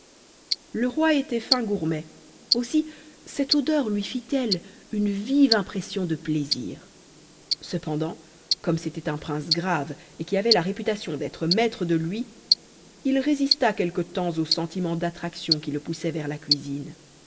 le roi était fin gourmet aussi cette odeur lui fit-elle une vive impression de plaisir cependant comme c'était un prince grave et qui avait la réputation d'être maître de lui il résista quelque temps au sentiment d'attraction qui le poussait vers la cuisine